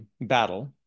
battle